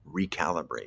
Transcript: recalibrate